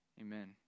Amen